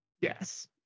Yes